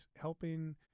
helping